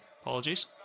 apologies